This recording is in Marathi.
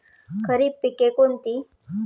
खरीप पिके कोणती?